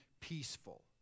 peaceful